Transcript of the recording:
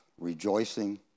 rejoicing